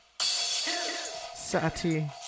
sati